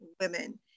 women